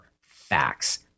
facts